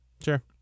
Sure